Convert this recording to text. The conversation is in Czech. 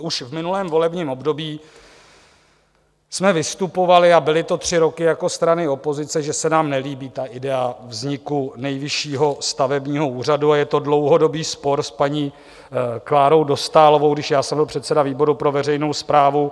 Už v minulém volebním období jsme vystupovali, a byly to tři roky, jako strany opozice, že se nám nelíbí ta idea vzniku Nejvyššího stavebního úřadu, a je to dlouhodobý spor s paní Klárou Dostálovou, když já jsem byl předseda výboru pro veřejnou správu.